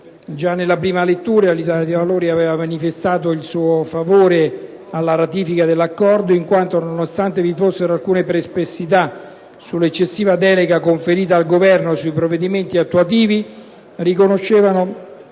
Già nella prima lettura, l'Italia dei Valori aveva manifestato il proprio favore alla ratifica dell'accordo, in quanto, nonostante vi fossero alcune perplessità sull'eccessiva ampiezza della delega conferita al Governo e sui provvedimenti attuativi, riconosceva